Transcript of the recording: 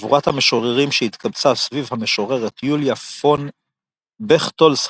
חבורת המשוררים שהתקבצה סביב המשוררת יוליה פון בכטולסהיים